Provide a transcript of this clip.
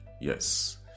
yes